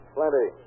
Plenty